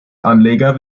anleger